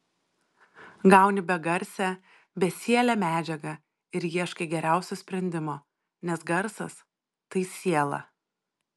gauni begarsę besielę medžiagą ir ieškai geriausio sprendimo nes garsas tai siela